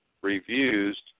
reviews